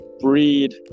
breed